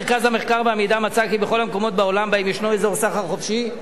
מרכז המחקר והמידע מצא כי בכל המקומות בעולם שבהם ישנו אזור סחר חופשי,